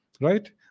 right